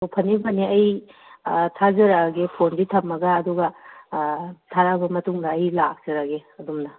ꯑꯣ ꯐꯅꯤ ꯐꯅꯤ ꯑꯩ ꯊꯥꯖꯔꯛꯑꯒꯦ ꯐꯣꯟꯁꯤ ꯊꯝꯃꯒ ꯑꯗꯨꯒ ꯊꯥꯔꯛꯑꯕ ꯃꯇꯨꯡꯗ ꯑꯩ ꯂꯥꯛꯆꯔꯒꯦ ꯑꯗꯨꯝꯅ